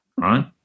right